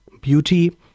beauty